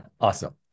Awesome